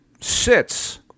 sits